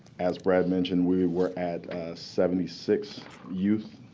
as brad mentioned, we were at seventy six youth